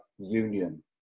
union